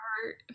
heart